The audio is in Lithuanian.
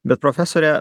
bet profesore